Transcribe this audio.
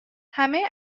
همه